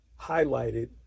highlighted